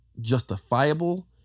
justifiable